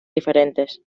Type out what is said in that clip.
diferentes